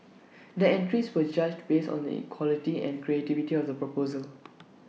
the entries were judged based on the quality and creativity of the proposal